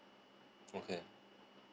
okay